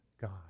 God